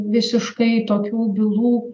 visiškai tokių bylų